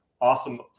Awesome